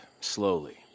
slowly